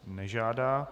Nežádá.